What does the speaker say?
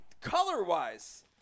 Color-wise